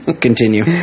continue